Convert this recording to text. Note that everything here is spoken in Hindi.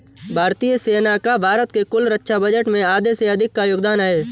भारतीय सेना का भारत के कुल रक्षा बजट में आधे से अधिक का योगदान है